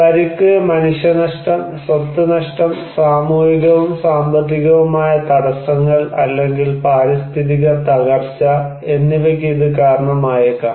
പരിക്ക് മനുഷ്യനഷ്ടം സ്വത്ത് നഷ്ടം സാമൂഹികവും സാമ്പത്തികവുമായ തടസ്സങ്ങൾ അല്ലെങ്കിൽ പാരിസ്ഥിതിക തകർച്ച എന്നിവയ്ക്ക് ഇത് കാരണമായേക്കാം